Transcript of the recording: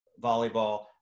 volleyball